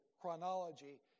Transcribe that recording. chronology